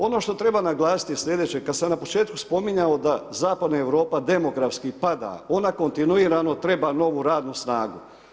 Ono što trebam naglasiti sljedeće, kada sam na početku spominjao, da zakoni Europa, demografski pada, ona kontinuirano treba novu radnu snagu.